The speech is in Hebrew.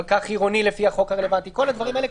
פקח עירוני לפי החוק הרלוונטי כל הדברים האלה,